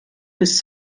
bis